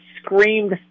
screamed